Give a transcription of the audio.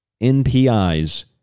NPIs